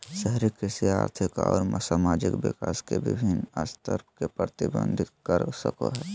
शहरी कृषि आर्थिक अउर सामाजिक विकास के विविन्न स्तर के प्रतिविंबित कर सक हई